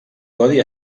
codi